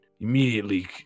immediately